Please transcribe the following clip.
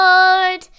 Lord